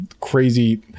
crazy